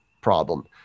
problem